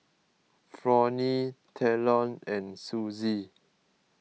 Fronnie Talon and Suzie